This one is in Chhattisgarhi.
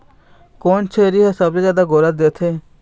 कोन छेरी हर सबले जादा गोरस देथे?